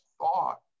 thought